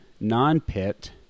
non-pit